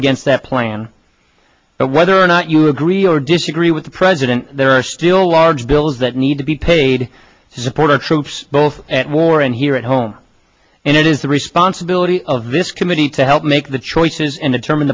for against that plan and whether or not you agree or disagree with the president there are still large bills that need to be paid to support our troops both at war and here at home and it is the responsibility of this committee to help make the choices and determin